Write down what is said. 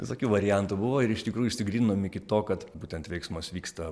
visokių variantų buvo ir iš tikrųjų išsigryninom iki to kad būtent veiksmas vyksta